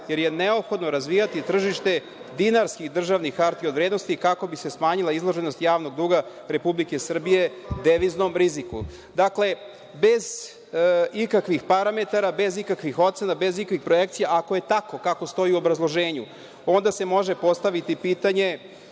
jer je neophodno razvijati tržište dinarskih državnih hartija od vrednosti kako bi se smanjila izloženost javnog duga Republike Srbije deviznom riziku. Dakle, bez ikakvih parametara, bez ikakvih ocena, bez ikakvih projekcija, ako je tako kako stoji u obrazloženju, onda se može postaviti pitanje